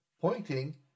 pointing